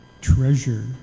treasure